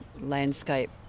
landscape